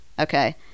Okay